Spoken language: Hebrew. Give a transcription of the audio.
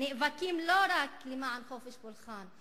נאבקים לא רק למען חופש פולחן,